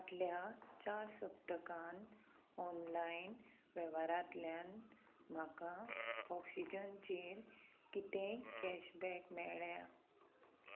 फाटल्या चार सप्तकान ऑनलायन वेव्हारांतल्यान म्हाका ऑक्सिजनचेर कितेंय कॅशबॅक मेळ्ळ्या